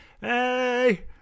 hey